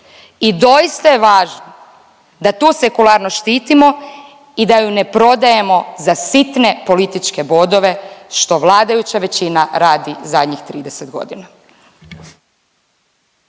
I doista je važno da tu sekularnost štitimo i da ju ne prodajemo za sitne političke bodove što vladajuća većina radi zadnjih 30 godina.